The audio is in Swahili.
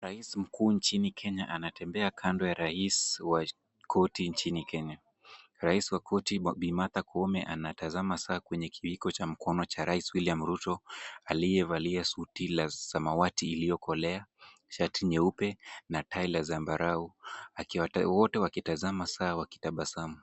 Rais mkuu nchini kenya wanatembea kando ya rais wa korti nchini kenya. Rais wa korti Bii Martha Koome anatazama saa kwenye kiwiko cha mkono cha rais William Ruto aliyevalia suti la samawati iliyokolea, shati nyeupe na tai la zambarau wote wakitazama saa wakitabasamu.